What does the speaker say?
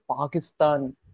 Pakistan